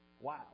Wow